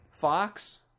Fox